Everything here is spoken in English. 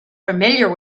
familiar